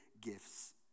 gifts